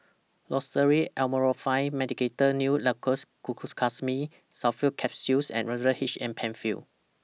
Loceryl Amorolfine Medicated Nail Lacquer Glucosamine Sulfate Capsules and H M PenFill